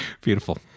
Beautiful